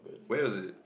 where was it